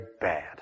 bad